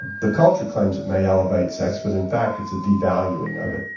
the culture claims it may elevate sex, but in fact, it's a devaluing of it,